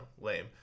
lame